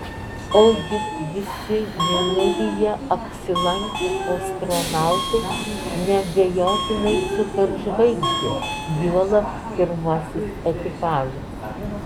o juk visi mėnulyje apsilankę astronautai neabejotinai superžvaigždės juolab pirmasis ekipažas